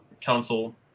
council